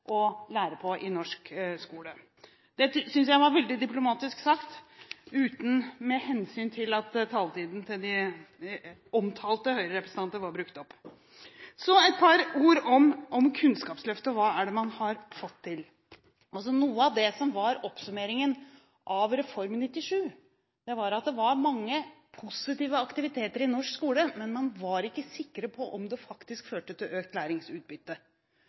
lære på i norsk skole. Dette synes jeg var veldig diplomatisk sagt – ut fra at taletiden til de omtalte Høyre-representanter er brukt opp. Så et par ord om Kunnskapsløftet og hva man har fått til. Noe av oppsummeringen av Reform 97 var at det var mange positive aktiviteter i norsk skole, men man var ikke sikker på om det hadde ført til økt læringsutbytte.